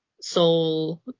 Soul